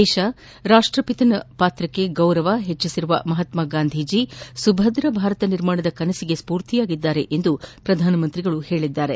ದೇಶದ ರಾಷ್ಷಖಿತನ ಪಾತ್ರಕ್ಷೆ ಗೌರವ ಹೆಚ್ಚಿಸಿರುವ ಮಹಾತ್ಸಾಗಾಂಧೀಜಿ ಸುಭದ್ರ ಭಾರತ ನಿರ್ಮಾಣದ ಕನಸಿಗೆ ಸ್ಫೂರ್ತಿಯಾಗಿದ್ದಾರೆ ಎಂದು ಪ್ರಧಾನಿ ಹೇಳಿದ್ದಾರೆ